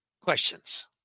Questions